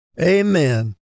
Amen